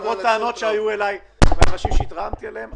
למרות טענות שהיו אליי על אנשים שהתרעמתי עליהם,